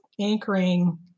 anchoring